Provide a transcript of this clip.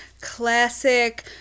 classic